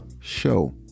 show